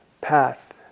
path